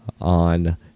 on